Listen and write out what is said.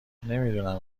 نمیدونم